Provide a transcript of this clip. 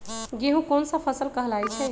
गेहूँ कोन सा फसल कहलाई छई?